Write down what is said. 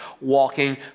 walking